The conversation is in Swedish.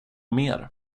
mer